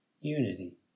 unity